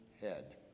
head